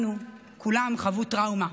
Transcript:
כולם חוו טראומה,